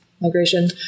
migration